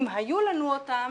אם היו לנו אותם,